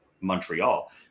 Montreal